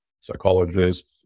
psychologists